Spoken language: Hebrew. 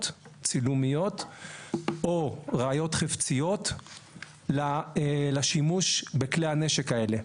או ראיות חפציות לשימוש בכלי הנשק האלה,